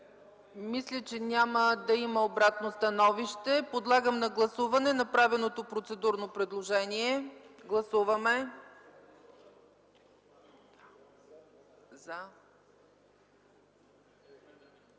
Мисля, че няма да има обратно становище. Подлагам на гласуване направеното процедурно предложение. Гласували 92